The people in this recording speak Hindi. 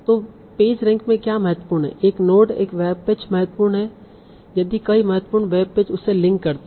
तो पेज रैंक में क्या महत्वपूर्ण है एक नोड एक वेबपेज महत्वपूर्ण है यदि कई महत्वपूर्ण वेब पेज उससे लिंक करते हैं